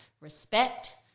respect